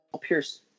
Pierce –